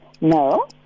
No